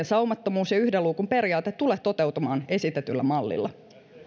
saumattomuus ja yhden luukun periaate tule toteutumaan esitetyllä mallilla